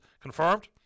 confirmed